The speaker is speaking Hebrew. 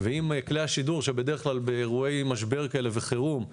ועם כלי השידור שבדרך כלל באירועי משבר וחירום כאלה